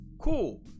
cool